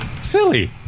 Silly